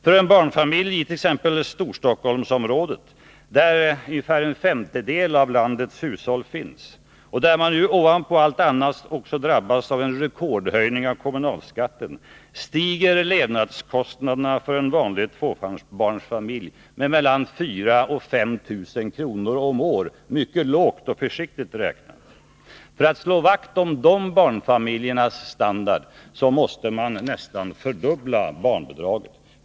För t.ex. en vanlig tvåbarnsfamilj i Storstockholmsregionen, där ungefär en femtedel av landets hushåll finns och där man nu ovanpå allt annat också drabbas av en rekordhöjning av kommunalskatten, stiger levnadsomkostnaderna med mellan 4 000 och 5 000 kr. om året, mycket lågt och försiktigt räknat. För att slå vakt om de barnfamiljernas standard måste man nästan fördubbla barnbidraget.